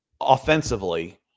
offensively